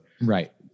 Right